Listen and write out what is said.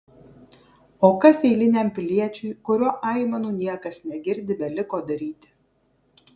o kas eiliniam piliečiui kurio aimanų niekas negirdi beliko daryti